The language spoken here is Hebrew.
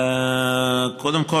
קודם כול,